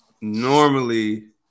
normally